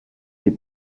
des